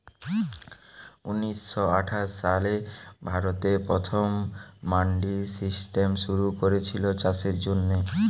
ঊনিশ শ আঠাশ সালে ভারতে প্রথম মান্ডি সিস্টেম শুরু কোরেছিল চাষের জন্যে